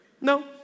No